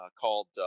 called